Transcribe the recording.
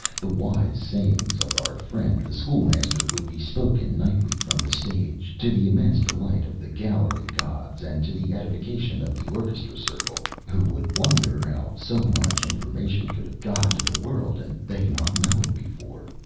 the wise sayings of our friend the school-master would be spoken nightly from the stage, to the immense delight of the gallery gods, and to the edification of the orchestra circle, who would wonder how so much information could have got into the world and they not know it before.